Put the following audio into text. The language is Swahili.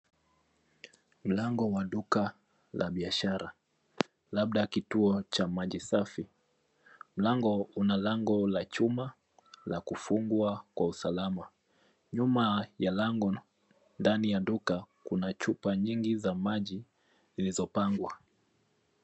Mlango wa duka la biashara labda kituo cha maji safi, mlango lina lango la chuma la kufungwa kwa usalama, nyuma ya lango ndani ya duka kuna chupa nyingi za maji zilizo pangwa.